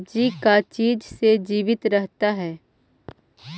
सब्जी का चीज से जीवित रहता है?